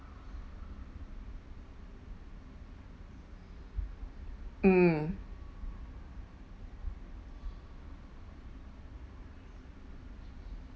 mm